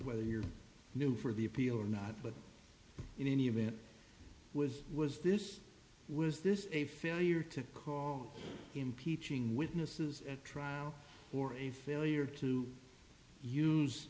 whether you're new for the appeal or not but in any event was was this was this a failure to call impeaching witnesses at trial or a failure to use